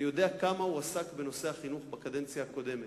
אני יודע כמה הוא עסק בנושא החינוך בקדנציה הקודמת,